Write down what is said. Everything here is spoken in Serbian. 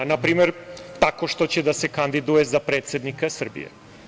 Na primer, tako što će da se kandiduje za predsednika Srbije.